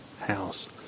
house